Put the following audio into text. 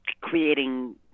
creating